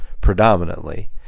predominantly